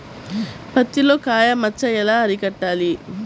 పత్తిలో కాయ మచ్చ ఎలా అరికట్టాలి?